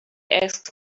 asked